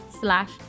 slash